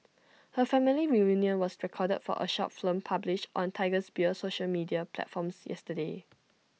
her family reunion was recorded for A short film published on Tiger Beer's social media platforms yesterday